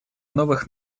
новых